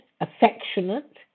affectionate